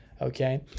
Okay